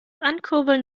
ankurbeln